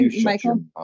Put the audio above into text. Michael